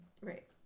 Right